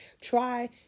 Try